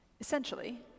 Essentially